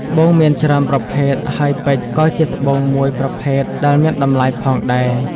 ត្បូងមានច្រើនប្រភេទហើយពេជ្រក៏ជាត្បូងមួយប្រភេទដែលមានតម្លៃផងដែរ។